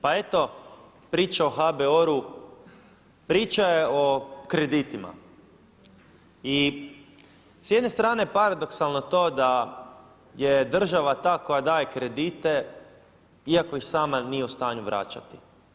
Pa eto priča o HBOR-u priča je o kreditima i s jedne strane paradoksalno je to da je država ta koja daje kredite iako ih sama nije u stanju vraćati.